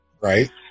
Right